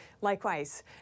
Likewise